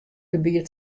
gebiet